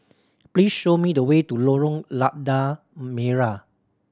please show me the way to Lorong Lada Merah